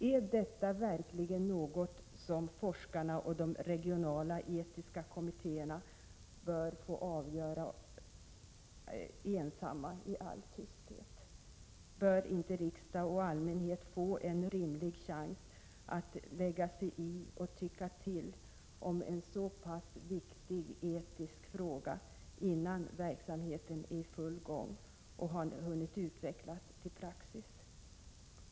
Är detta verkligen något som forskarna och de regionala etiska kommitté erna bör få avgöra ensamma i all tysthet? Bör inte riksdag och allmänhet få en rimlig chans att lägga sig i och tycka till om en så pass viktig etisk fråga innan verksamheten är i full gång och har hunnit utvecklas till praxis?